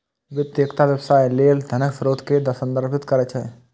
वित्त एकटा व्यवसाय लेल धनक स्रोत कें संदर्भित करै छै